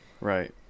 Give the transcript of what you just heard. Right